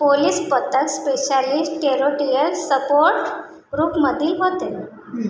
police पथक specialist territorial support ग्रूपमधील होते